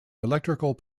electrical